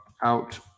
out